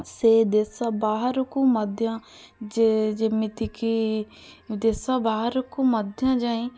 ସେ ଦେଶ ବାହରକୁ ମଧ୍ୟ ଯେମିତିକି ଦେଶ ବାହରକୁ ମଧ୍ୟ ଯାଇ